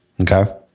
Okay